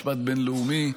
משפט בין-לאומי,